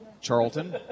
Charlton